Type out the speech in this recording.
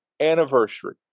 anniversary